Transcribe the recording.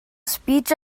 speech